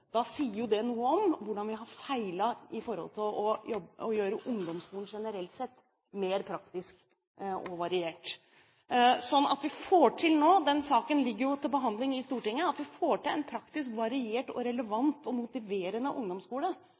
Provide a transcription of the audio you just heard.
da sier jo det noe om hvordan vi har feilet når det gjelder å gjøre ungdomsskolen generelt sett mer praktisk og variert. Vi ønsker nå å få til – den saken ligger til behandling i Stortinget – en praktisk, variert, relevant og motiverende ungdomsskole,